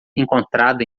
encontrada